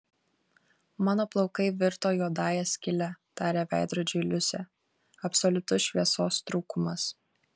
mano plaukai virto juodąja skyle tarė veidrodžiui liusė absoliutus šviesos trūkumas